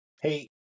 hey